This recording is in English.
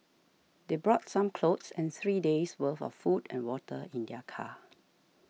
they brought some clothes and three days' worth of food and water in their car